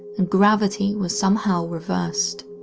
and gravity was somehow reversed.